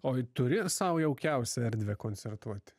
oi turi sau jaukiausią erdvę koncertuoti